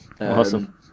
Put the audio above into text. Awesome